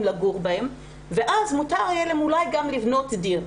לגור בהם ואז מותר יהיה להם אולי גם לבנות דיר.